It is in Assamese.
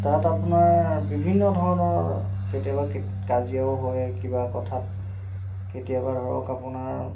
তাত আপোনাৰ বিভিন্ন ধৰণৰ কেতিয়াবা কে কাজিয়াও হয় কিবা কথাত কেতিয়াবা ধৰক আপোনাৰ